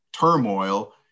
turmoil